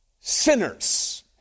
sinners